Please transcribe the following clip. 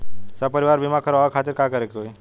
सपरिवार बीमा करवावे खातिर का करे के होई?